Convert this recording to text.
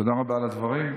תודה רבה על הדברים.